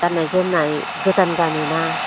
गान्नाय जोमन्नाय गोदान गानो ना